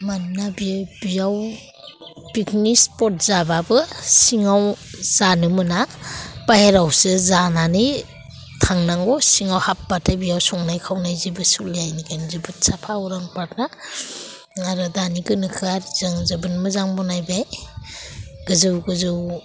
मानोना बियाव picnic spot जाबाबो सिङाव जानो मोना बाहेरायावसो जानानै थांनांगौ सिङाव हाबबाथाय बेयाव संनाय खावनाय जेबो सोलिया बेनिखायनो जोबोद साफा अरां पार्कआ आरो दानि गोनोखोयारिजों जोबोद मोजां बनायबाय गोजौ गोजौ